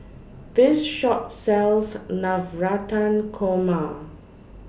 This Shop sells Navratan Korma